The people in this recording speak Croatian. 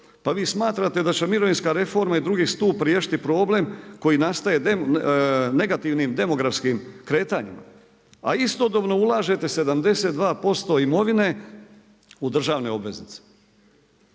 pa vi smatrate da će mirovinska reforma i drugi stup riješiti problem koji nastaje negativnim demografskim kretanjima, a istodobno ulažete 72% imovine u državne obveznice?